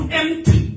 empty